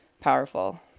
powerful